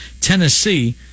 Tennessee